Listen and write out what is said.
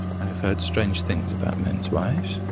i have heard strange things about men's wives.